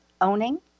owning